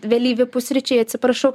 vėlyvi pusryčiai atsiprašau